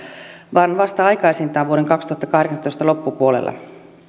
vaan vasta aikaisintaan vuoden kaksituhattakahdeksantoista loppupuolella